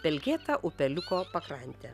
pelkėtą upeliuko pakrantę